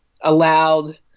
allowed